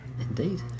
Indeed